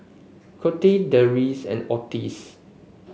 Colette Derls and Otis